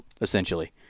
essentially